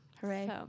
Hooray